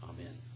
amen